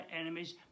enemies